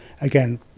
again